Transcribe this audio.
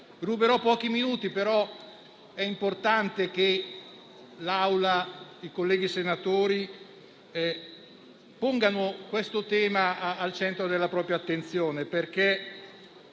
Ruberò pochi minuti, ma è importante che l'Assemblea e i colleghi senatori pongano questo tema al centro della propria attenzione, perché